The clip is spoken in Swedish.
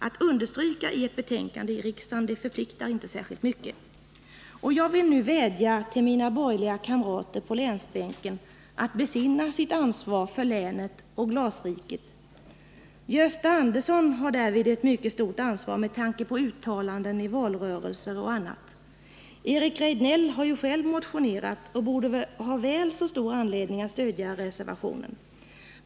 Att understryka uttalanden i ett utskottsbetänkande i riksdagen förpliktar inte särskilt mycket. Jag vill nu vädja till mina borgerliga kamrater på länsbänken att besinna sitt ansvar för länet och glasriket. Gösta Andersson har därvid ett mycket stort ansvar med tanke på uttalanden i valrörelser och annat. Eric Rejdnell har ju själv motionerat och borde ha väl så stor anledning att stödja reservationen.